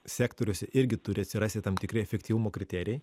sektoriuose irgi turi atsirasti tam tikri efektyvumo kriterijai